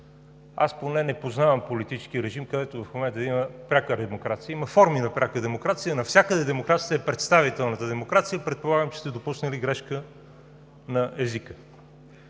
Аз поне не познавам политически режим, където в момента да има пряка демокрация. Има форми на пряка демокрация. Навсякъде демокрацията е представителната демокрация и предполагам, че сте допуснали грешка на езика.